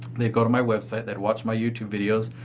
they go to my website, they'd watch my youtube videos.